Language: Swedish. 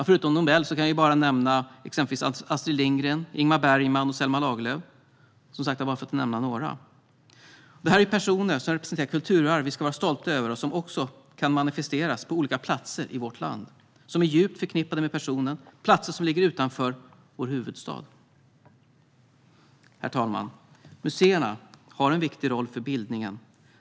Förutom Nobel kan jag exempelvis nämna Astrid Lindgren, Ingmar Bergman och Selma Lagerlöf, bara för att nämna några. De är personer som representerar kulturarv som vi ska vara stolta över och som också kan manifesteras på olika platser i vårt land som är djupt förknippade med personen - platser som ligger utanför vår huvudstad. Herr talman! Museerna har en viktig roll för bildningen.